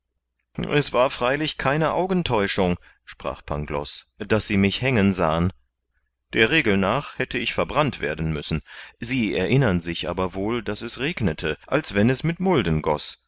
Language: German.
es war freilich keine augentäuschung sprach pangloß daß sie mich hängen sahen der regel nach hätte ich verbrannt werden müssen sie erinnern sich aber wohl daß es regnete als wenn es mit mulden goß